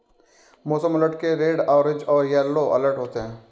मौसम अलर्ट के red orange और येलो अलर्ट होते हैं